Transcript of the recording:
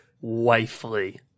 wifely